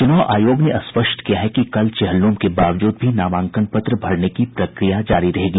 चुनाव आयोग ने स्पष्ट किया है कि कल चेहल्लूम के बावजूद भी नामांकन पत्र भरने की प्रक्रिया जारी रहेगी